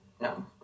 No